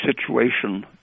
situation